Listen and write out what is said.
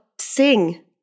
sing